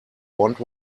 want